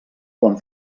quan